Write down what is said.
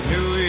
New